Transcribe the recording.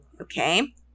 Okay